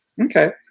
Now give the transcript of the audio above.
Okay